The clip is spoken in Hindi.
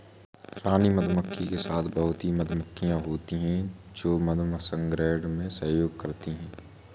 रानी मधुमक्खी के साथ बहुत ही मधुमक्खियां होती हैं जो मधु संग्रहण में सहयोग करती हैं